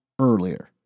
earlier